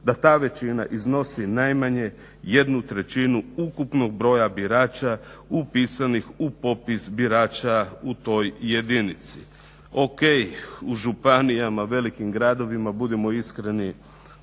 da ta većina iznosi najmanje 1/3 ukupnog broja birača upisanih u popis birača u toj jedinici. o.k. u županijama, velikim gradovima budimo iskreni